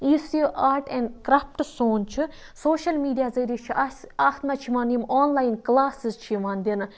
یُس یہِ art and craft سون چھِ سوشَل میٖڈیا ذٔریہِ چھِ آسہِ اَتھ منٛز چھِ یِوان یِم آن لاین کٕلاسٕز چھِ یِوان دِنہٕ